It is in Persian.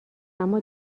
اما